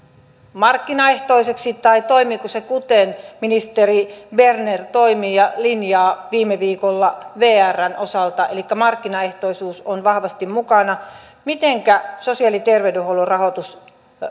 markkinaehtoisiksi tai toimivatko ne kuten ministeri berner toimii ja linjasi viime viikolla vrn osalta elikkä markkinaehtoisuus on vahvasti mukana mitenkä sosiaali ja terveydenhuollon rahoitus